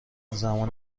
زمان